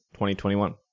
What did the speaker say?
2021